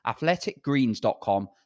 athleticgreens.com